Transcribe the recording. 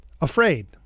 Afraid